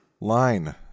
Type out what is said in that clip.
line